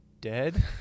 dead